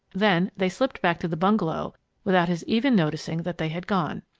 then they slipped back to the bungalow without his even noticing that they had gone.